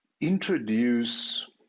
introduce